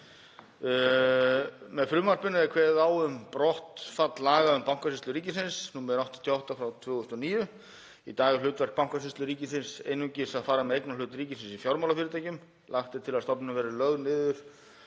Með frumvarpinu er kveðið á um brottfall laga um Bankasýslu ríkisins, nr. 88/2009. Í dag er hlutverk Bankasýslu ríkisins einungis að fara með eignarhlut ríkisins í fjármálafyrirtækjum. Lagt er til að stofnunin verði lögð niður